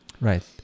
Right